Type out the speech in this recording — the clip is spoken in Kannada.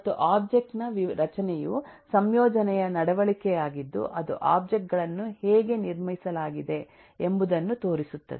ಮತ್ತು ಒಬ್ಜೆಕ್ಟ್ ನ ರಚನೆಯು ಸಂಯೋಜನೆಯ ನಡವಳಿಕೆಯಾಗಿದ್ದು ಅದು ಒಬ್ಜೆಕ್ಟ್ ಗಳನ್ನು ಹೇಗೆ ನಿರ್ಮಿಸಲಾಗಿದೆ ಎಂಬುದನ್ನು ತೋರಿಸುತ್ತದೆ